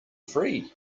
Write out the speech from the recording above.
free